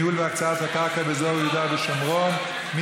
ניהול והקצאת הקרקע באזור יהודה והשומרון על ידי החטיבה להתיישבות).